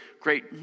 great